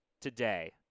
today